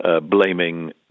blaming